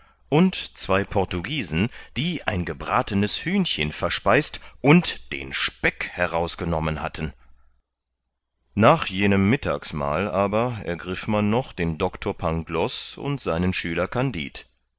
und zwei portugiesen die ein gebratenes hühnchen verspeist und den speck herausgenommen hatten nach jenem mittagsmahl aber ergriff man noch den doctor pangloß und seinen schüler kandid